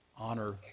Honor